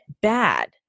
bad